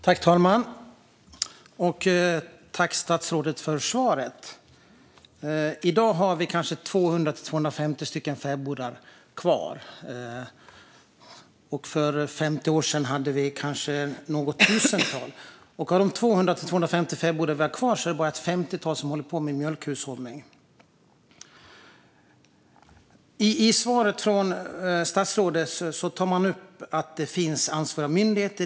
Fru talman! Tack, statsrådet, för svaret! I dag har vi 200-250 fäbodar kvar. För 50 år sedan hade vi kanske något tusental. Av de 200-250 fäbodar vi har kvar är det bara ett femtiotal som håller på med mjölkhushållning. I sitt svar tog statsrådet upp att det finns ansvariga myndigheter.